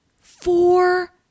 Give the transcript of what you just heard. Four